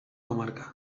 comarca